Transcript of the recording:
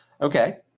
Okay